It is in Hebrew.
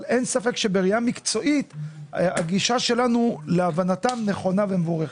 אבל אין ספק שבראייה מקצועית הגישה שלנו להבנתם נכונה ומבורכת.